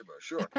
sure